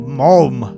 mom